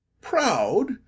Proud